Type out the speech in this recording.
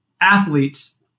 athletes